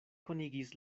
konigis